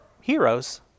heroes